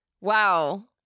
Wow